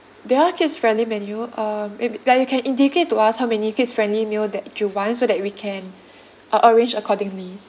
there are kids friendly menu um maybe ya you can indicate to us how many kids friendly meal that you want so that we can uh arrange accordingly